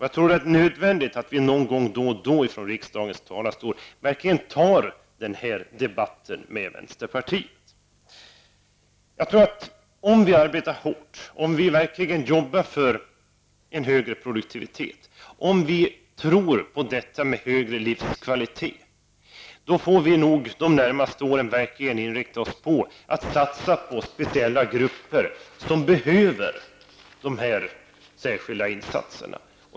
Jag tror att det är nödvändigt att någon gång, då och då, i riksdagens talarstol verkligen ta en sådan här debatt med vänsterpartiet. Om vi arbetar hårt och verkligen arbetar för en högre produktivitet och om vi tror på det där med högre livskvalitet, får vi nog de närmaste åren inrikta oss på att satsa på speciella grupper som behöver särskilda insatser.